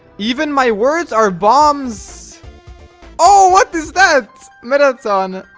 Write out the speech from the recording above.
even my words are bombs oh what is that? marathon,